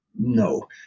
No